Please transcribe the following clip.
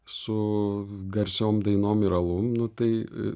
su garsiom dainom ir alum nu tai